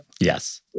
Yes